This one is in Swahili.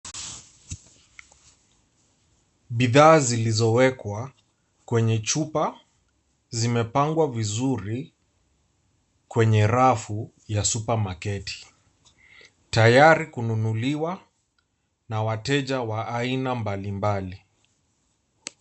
Bidhaa zilizowekwa kwenye chupa zimepangwa vizuri kwenye rafu ya supermarket tayari kununuliwa na wateja wa aina mbalimbali.